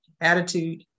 attitude